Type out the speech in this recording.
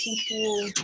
people